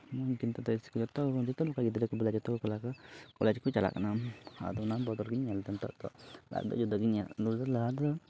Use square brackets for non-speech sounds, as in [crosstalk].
[unintelligible] ᱡᱚᱛᱚ ᱡᱚᱛᱚ ᱞᱮᱠᱟᱱ ᱜᱤᱫᱽᱨᱟᱹ ᱠᱚ ᱵᱚᱞᱮ ᱡᱚᱛᱚ ᱠᱚᱲᱟ ᱠᱚ ᱠᱚᱞᱮᱡᱽ ᱠᱚ ᱪᱟᱞᱟᱜ ᱠᱟᱱᱟ ᱟᱫᱚ ᱚᱱᱟ ᱵᱚᱫᱚᱞ ᱜᱤᱧ ᱧᱮᱞᱫᱟ ᱱᱤᱛᱚᱜ ᱫᱚ ᱟᱫᱚ ᱡᱩᱫᱟᱹ ᱜᱤᱧ ᱧᱮᱞᱫᱟ ᱟᱫᱚ ᱵᱚᱞᱮ ᱞᱟᱦᱟ ᱫᱚ